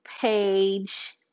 page